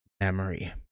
memory